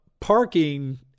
parking